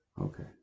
Okay